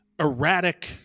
erratic